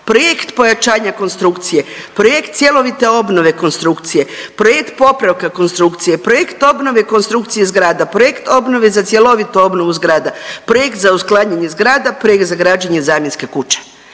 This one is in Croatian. projekt pojačanja konstrukcije, projekt cjelovite obnove konstrukcije, projekt popravka konstrukcije, projekt obnove konstrukcije zgrada, projekt obnove za cjelovitu obnovu zgrada, projekt za uklanjanje zgrada, projekt za građene zamjenske kuće.